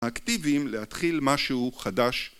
‫האקטיבים, להתחיל משהו חדש.